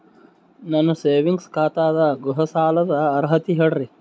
ನನ್ನ ಸೇವಿಂಗ್ಸ್ ಖಾತಾ ಅದ, ಗೃಹ ಸಾಲದ ಅರ್ಹತಿ ಹೇಳರಿ?